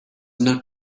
not